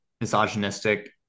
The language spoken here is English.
Misogynistic